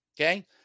okay